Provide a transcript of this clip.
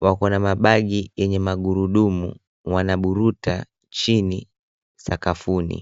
wako na mabagi yenye magurudumu wanavuruta chini sakafuni.